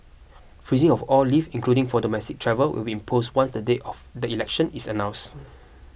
freezing of all leave including for domestic travel will be posed once the date of the election is announced